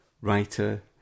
writer